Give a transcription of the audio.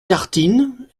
tartines